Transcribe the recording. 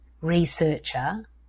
researcher